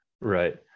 right